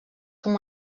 com